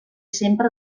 sempre